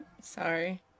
Sorry